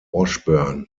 washburn